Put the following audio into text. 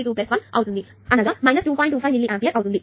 25 milliampere అవుతుంది